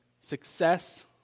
success